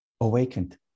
awakened